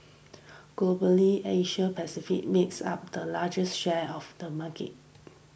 Globally Asia Pacific makes up the largest share of the market